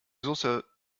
soße